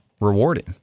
rewarding